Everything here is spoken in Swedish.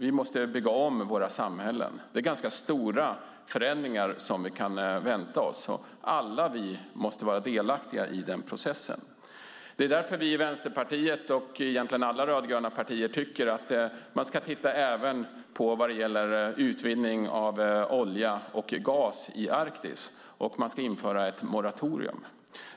Vi måste bygga om våra samhällen. Det är ganska stora förändringar som vi kan vänta oss, och vi måste alla vara delaktiga i den processen. Det är därför vi i Vänsterpartiet, och egentligen alla rödgröna partier, tycker att man även ska titta på utvinning av olja och gas i Arktis och att man ska införa ett moratorium.